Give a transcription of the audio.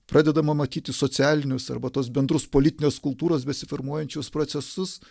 pradedama matyti socialinius arba tuos bendrus politinės kultūros besiformuojančius procesus